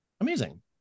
Amazing